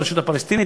ברשות הפלסטינית,